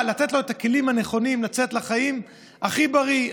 לתת לו את הכלים הנכונים לצאת לחיים הכי בריא,